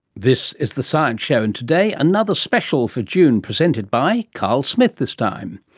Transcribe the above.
this is the science show, and today another special for june, presented by carl smith this time.